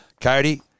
Cody